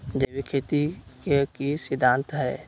जैविक खेती के की सिद्धांत हैय?